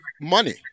money